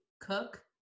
cook